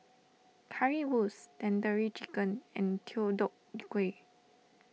Currywurst Tandoori Chicken and Deodeok Gui